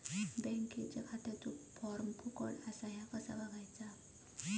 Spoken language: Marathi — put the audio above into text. बँक खात्याचो फार्म फुकट असा ह्या कसा बगायचा?